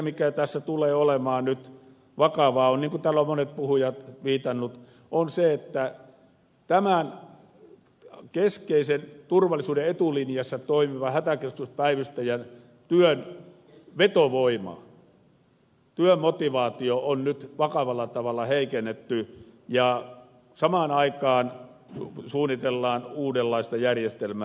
mikä tässä erityisesti tulee olemaan nyt vakavaa niin kuin täällä monet puhujat ovat viitanneet on se että tämän keskeisen turvallisuuden etulinjassa toimivan hätäkeskuspäivystäjän työn vetovoima työmotivaatio on nyt vakavalla tavalla heikennetty ja samaan aikaan suunnitellaan uudenlaista järjestelmää